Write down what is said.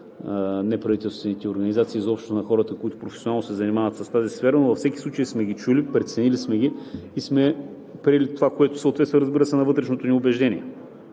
неправителствените организации, изобщо на хората, които професионално се занимават с тази сфера, но във всеки случай сме ги чули, преценили сме ги и сме приели това, което съответства, разбира се, на вътрешното ни убеждение.